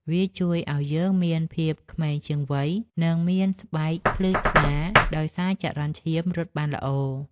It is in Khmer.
វាជួយឱ្យយើងមានភាពក្មេងជាងវ័យ និងមានស្បែកភ្លឺថ្លាដោយសារចរន្តឈាមរត់បានល្អ។